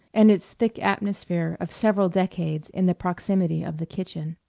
and its thick atmosphere of several decades in the proximity of the kitchen.